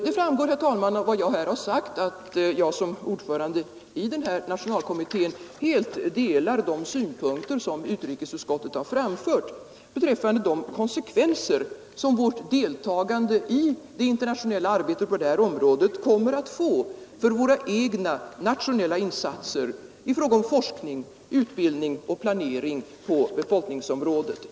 Det framgår, herr talman, av vad jag här har sagt att jag som ordförande i nationalkommittén helt delar de synpunkter som utrikesutskottet framfört beträffande de konsekvenser som vårt deltagande i det internationella arbetet på det här området kommer att få för våra egna nationella insatser i fråga om forskning, utbildning och planering på befolkningsområdet.